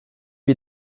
wie